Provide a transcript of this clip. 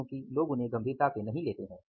या क्योकि लोग उन्हें गंभीरता से नहीं लेते हैं